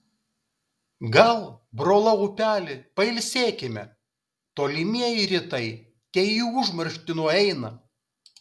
gal brolau upeli pailsėkime tolimieji rytai te į užmarštį nueina